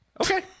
okay